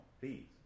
please